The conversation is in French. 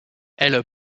elle